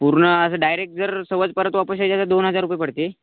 पूर्ण असं डायरेक्ट जर समज परत वापस यायचं तर असं दोन हजार रुपये पडते